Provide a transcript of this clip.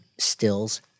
stills